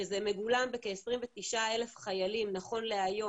שזה מגולם בכ-29,000 חיילים נכון להיום